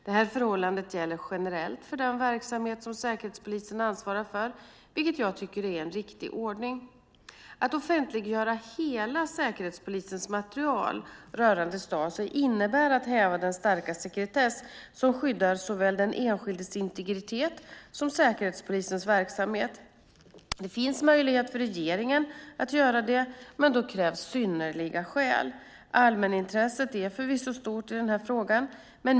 Det här förhållandet gäller generellt för den verksamhet som Säkerhetspolisen ansvarar för, vilket jag tycker är en riktig ordning. Att offentliggöra hela Säkerhetspolisens material rörande Stasi innebär att häva den starka sekretess som skyddar såväl den enskildes integritet som Säkerhetspolisens verksamhet. Det finns möjlighet för regeringen att göra det, men då krävs det synnerliga skäl. Allmänintresset är förvisso stort i denna fråga.